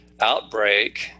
outbreak